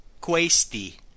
questi